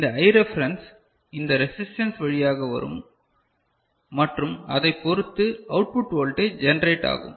இந்த I reference இந்த resistance வழியாக வரும் மற்றும் அதைப் பொருத்து அவுட்புட் வோல்டேஜ் ஜெனரேட் ஆகும்